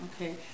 okay